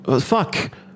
fuck